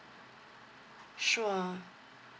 sure